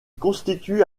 constitue